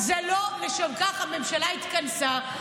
לא לשם כך הממשלה התכנסה.